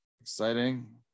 exciting